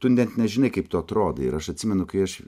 tu net nežinai kaip tu atrodai ir aš atsimenu kai aš